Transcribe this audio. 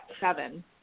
seven